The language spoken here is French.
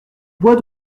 bois